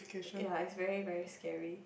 ya is very very scary